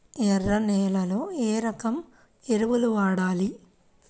ఎర్ర నేలలో ఏ రకం ఎరువులు వాడాలి?